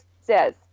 says